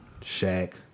Shaq